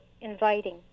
inviting